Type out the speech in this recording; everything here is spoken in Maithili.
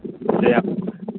जे अहाँ